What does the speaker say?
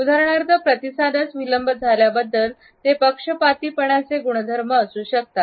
उदाहरणार्थ प्रतिसादात विलंब झाल्याबद्दल ते पक्षपातीपणाचे गुणधर्म असू शकतात